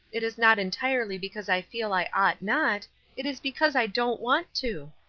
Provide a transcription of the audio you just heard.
it is not entirely because i feel i ought not it is because i don't want to.